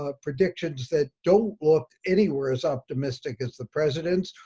ah predictions that don't look anywhere as optimistic as the presidents.